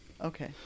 Okay